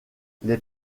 les